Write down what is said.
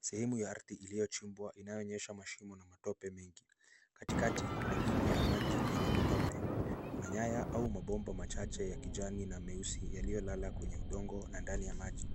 Sehemu ya ardhi iliyochimbwa inayoonyesha mashimo na matope mengi. Katikati, kuna dimbwi la maji yenye matope. Kuna nyaya au mabomba machache ya kijani na meusi yaliyolala kwenye udongo na ndani ya maji